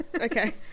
Okay